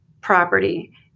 property